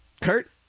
Kurt